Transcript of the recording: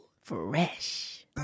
Fresh